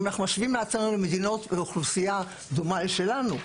ואם אנחנו משווים את עצמנו למדינות עם אוכלוסייה דומה לשלנו,